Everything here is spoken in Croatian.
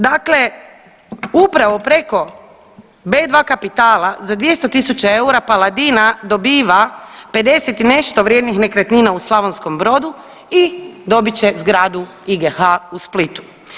Dakle, upravo preko B2 Kapitala za 200.000 eura Paladina dobiva 50 nešto vrijednih nekretnina u Slavonskom Brodu i dobit će zgradu IGH u Splitu.